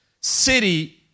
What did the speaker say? city